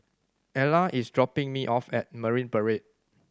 Ela is dropping me off at Marine Parade